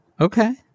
Okay